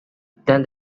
than